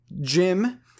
Jim